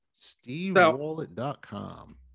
stevewallet.com